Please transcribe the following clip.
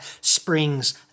springs